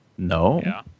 no